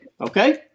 Okay